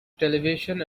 televisions